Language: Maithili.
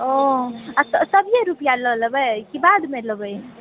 ओ आ तऽ तभिये रुपआ लऽ लएबै की बादमे लेबै